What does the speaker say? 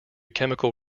chemical